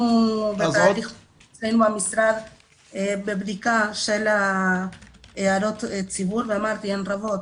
אנחנו בתהליך של בדיקה של הערות הציבור ואמרתי הן רבות,